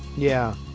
yeah.